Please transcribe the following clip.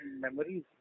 memories